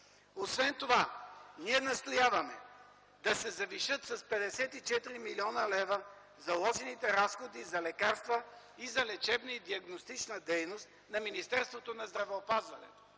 Освен това, ние настояваме да се завишат с 54 млн. лв. заложените разходи за лекарства и за лечебна и диагностична дейност на Министерството на здравеопазването.